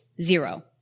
zero